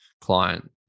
client